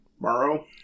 Morrow